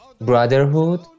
brotherhood